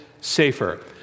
safer